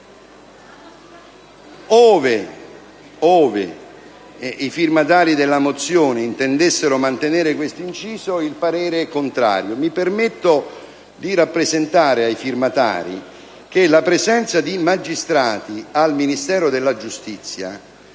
Ove i firmatari della proposta di risoluzione intendessero mantenere questo inciso, il parere è contrario. Mi permetto di rappresentare ai firmatari che la presenza di magistrati presso il Ministero della giustizia